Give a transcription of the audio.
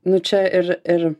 nu čia ir ir